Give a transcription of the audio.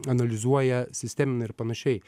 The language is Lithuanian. analizuoja sistemina ir panašiai